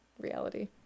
reality